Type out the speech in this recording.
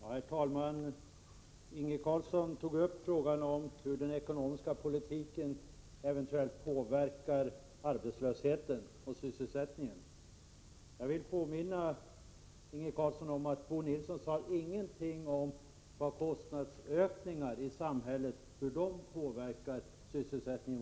Herr talman! Inge Carlsson tog upp frågan om hur den ekonomiska politiken eventuellt påverkar arbetslösheten och sysselsättningen. Jag vill påminna Inge Carlsson om att Bo Nilsson inte sade någonting om hur kostnadsökningar i samhället påverkar sysselsättningen.